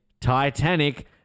Titanic